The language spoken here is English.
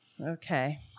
Okay